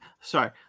sorry